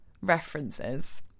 references